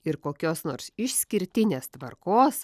ir kokios nors išskirtinės tvarkos